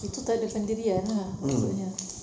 itu tak ada pendirian lah maksudnya